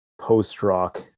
post-rock